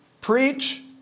Preach